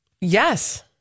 Yes